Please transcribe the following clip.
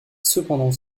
cependant